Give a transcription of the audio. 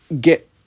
get